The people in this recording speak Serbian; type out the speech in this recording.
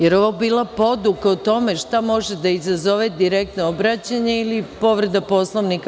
Da li je ovo bila poduka o tome šta može da izazove direktno obraćanje ili povreda Poslovnika?